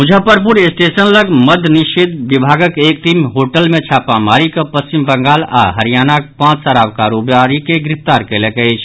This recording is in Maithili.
मुजफ्फरपुर स्टेशन लग मद्य निषेध विभागक टीम एक होटल मे छापामारी कऽ पश्चिम बंगाल आओर हरियाणाक पांच शराब कारोबारी के गिरफ्तार कयलक अछि